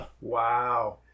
Wow